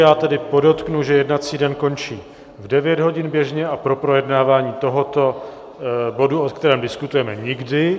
Já jen podotknu, že jednací den končí v devět hodin běžně a pro projednávání tohoto bodu, o kterém diskutujeme, nikdy.